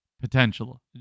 potential